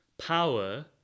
Power